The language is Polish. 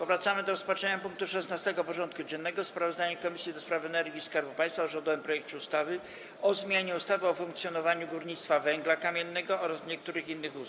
Powracamy do rozpatrzenia punktu 16. porządku dziennego: Sprawozdanie Komisji do Spraw Energii i Skarbu Państwa o rządowym projekcie ustawy o zmianie ustawy o funkcjonowaniu górnictwa węgla kamiennego oraz niektórych innych ustaw.